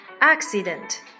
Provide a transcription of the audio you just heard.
accident